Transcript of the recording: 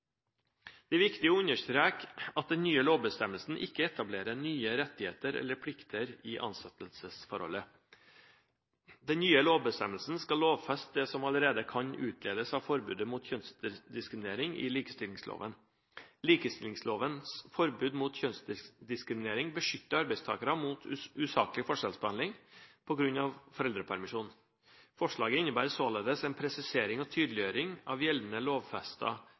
Det er viktig å understreke at den nye lovbestemmelsen ikke etablerer nye rettigheter eller plikter i ansettelsesforholdet. Den nye lovbestemmelsen skal lovfeste det som allerede kan utledes av forbudet mot kjønnsdiskriminering i likestillingsloven. Likestillingslovens forbud mot kjønnsdiskriminering beskytter arbeidstakerne mot usaklig forskjellsbehandling på grunn av foreldrepermisjon. Forslaget innebærer således en presisering og tydeliggjøring av gjeldende,